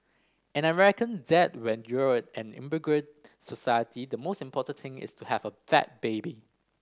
and I reckon that when you're an immigrant society the most important thing is to have a fat baby